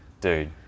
Dude